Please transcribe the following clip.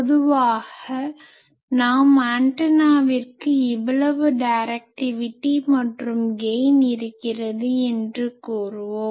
பொதுவாக நாம் ஆண்டனாவிற்கு இவ்வளவு டைரக்டிவிட்டி மற்றும் கெய்ன் இருக்கிறது என்று கூறுவோம்